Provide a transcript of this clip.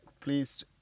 please